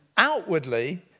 Outwardly